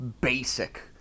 basic